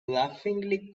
laughingly